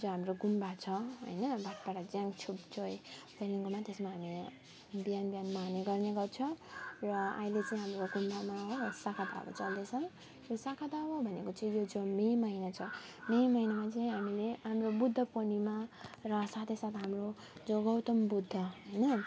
जहाँ हाम्रो गुम्बा छ होइन भाटपाडा त्यसमा हामीले बिहान बिहान गाउने गर्छौँ र अहिले चाहिँ हाम्रो गुम्बामा हो सागादावा चल्दैछ त्यो सागादावा भनेको चाहिँ यो जुन मे महिना छ मे महिनामा चाहिँ हामीले हाम्रो बुद्ध पूर्णिमा र साथै साथ हाम्रो जो गौतम बुद्ध होइन